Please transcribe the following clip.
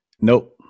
Nope